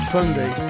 Sunday